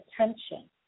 attention